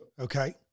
Okay